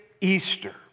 Easter